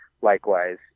Likewise